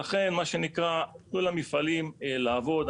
לכן תנו למפעלים לעבוד.